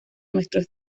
nuestros